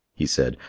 he said,